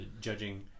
judging